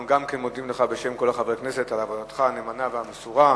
אנחנו מודים לך גם בשם כל חברי הכנסת על עבודתך הנאמנה והמסורה.